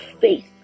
faith